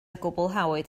gwblhawyd